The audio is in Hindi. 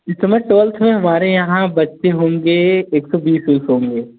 इस समय ट्वेल्थ में हमारे यहाँ बच्चे होंगे एक सौ बीस उस होंगे